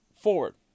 forward